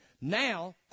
Now